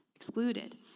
excluded